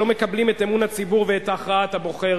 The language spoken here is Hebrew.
שלא מקבלים את אמון הציבור ואת הכרעת הבוחר,